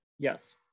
Yes